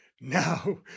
now